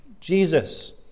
Jesus